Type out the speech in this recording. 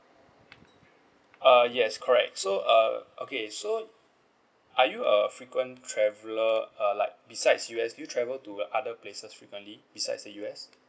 uh yes correct so uh okay so are you a frequent traveler uh like besides U_S are you travel to other places frequently besides the U_S